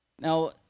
Now